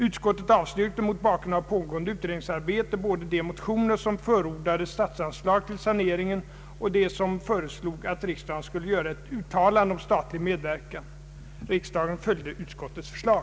Utskottet avstyrkte mot bakgrund av pågående utredningsarbete både de motioner som förordade statsanslag till saneringen och de som föreslog att riksdagen skulle göra ett uttalande om statlig medverkan. Riksdagen följde utskottets förslag.